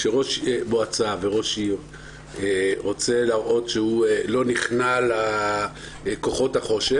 כשראש מועצה וראש עיר רוצה להראות שהוא לא נכנע לכוחות החושך,